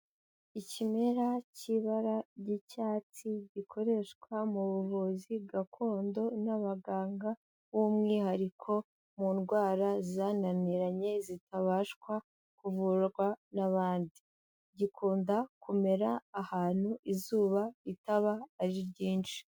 Ikimera cy'ibara ry'icyatsi gikoreshwa mu buvuzi gakondo n'abaganga b'umwihariko mu ndwara zananiranye zitabashwa kuvurwa n'abandi. Gikunda kumera ahantu izuba ritaba ari ryinshi.